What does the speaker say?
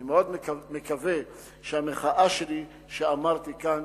אני מאוד מקווה שהמחאה שלי, שאמרתי כאן,